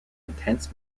intense